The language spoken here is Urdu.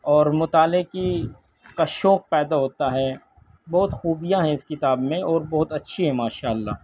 اور مطالعے کی کا شوق پیدا ہوتا ہے بہت خوبیاں ہیں اس کتاب میں اور بہت اچّھی ہے ماشاء اللّہ